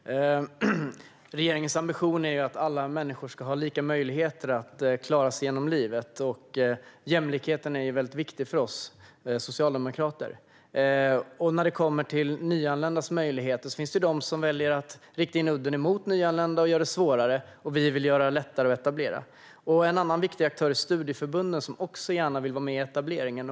Fru talman! Regeringens ambition är ju att alla människor ska ha lika möjligheter att klara sig i livet. Jämlikheten är viktig för oss socialdemokrater. När det handlar om nyanländas möjligheter finns det de som väljer att rikta udden mot nyanlända och göra det svårare för dem att etablera sig. Vi vill göra det lättare. En annan viktig aktör är studieförbunden, som också gärna vill vara med i etableringen.